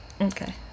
Okay